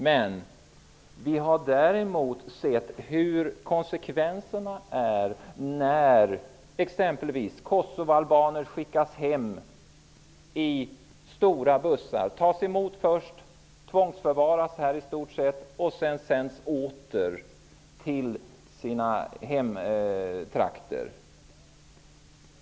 Men vi har däremot sett hur konsekvenserna är när exempelvis kosovoalbaner skickas hem i stora bussar. Först tas de emot och i stort sett tvångsförvaras, och sedan sänds de åter till sina hemtrakter.